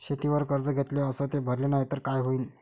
शेतीवर कर्ज घेतले अस ते भरले नाही तर काय होईन?